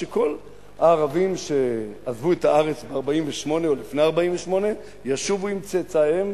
שכל הערבים שעזבו את הארץ ב-1948 או לפני 1948 ישובו עם צאצאיהם,